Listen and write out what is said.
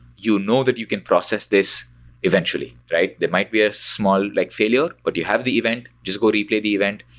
you know that you can process this eventually, right? there might be a small like failure, but you have the event. just go replay replay the event.